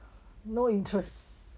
no interest